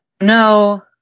no